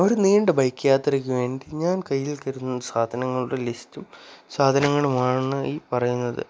ഒരു നീണ്ട ബൈക്ക് യാത്രയ്ക്ക് വേണ്ടി ഞാൻ കയ്യിൽ കരുതുന്ന സാധനങ്ങളുടെ ലിസ്റ്റും സാധനങ്ങളും ആണ് ഈ പറയുന്നത്